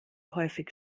häufig